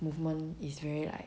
movement is very like